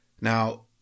Now